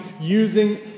using